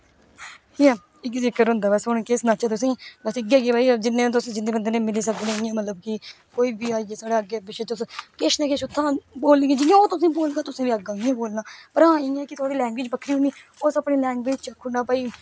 ठीक ऐ इये चक्कर होंदा हून केह् सनाचे तुसेगी बस इये है भाई तुस जिन्ने बंदे कन्ने बी मिली सकने अपना इयै मतलब कि कोई बी आई जाएसाडे अग्गे पिच्छे तुस किश ना किश उत्थुआं बोलिये जियां तुस वोलगे इयां बोलियै अग्गे ओऐ बोलना पर हा ओहदी लैंगवेज बक्खरी होनी तुसे अपनी लैगंवेज च आक्खी ओड़ना कि भाई